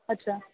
अच्छा